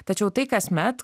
tačiau tai kasmet